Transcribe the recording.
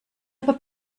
aber